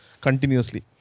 continuously